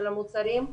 של המוצרים,